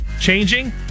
changing